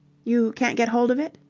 you can't get hold of it?